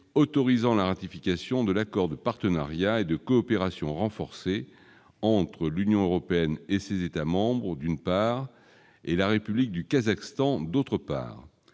autorisant la ratification de l'accord de partenariat et de coopération renforcée entre l'Union européenne et ses États membres, d'une part et la République du Kazakhstan, d'autre part,